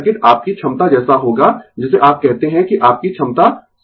तो सर्किट आपकी क्षमता जैसा होगा जिसे आप कहते है कि आपकी क्षमता सर्किट